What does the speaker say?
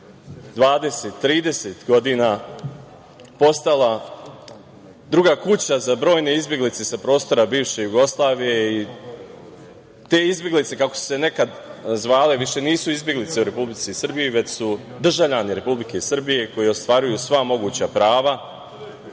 20-30 godina postala druga kuća za brojne izbeglice sa prostora bivše Jugoslavije i te izbeglice kako su se nekad zvale više nisu izbeglice u Republici Srbiji, već su državljani Republike Srbije koji ostvaruju sva moguća prava